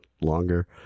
Longer